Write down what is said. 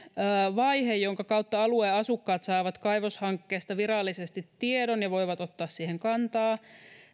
vaihe jonka kautta alueen asukkaat saavat kaivoshankkeesta virallisesti tiedon ja voivat ottaa siihen kantaa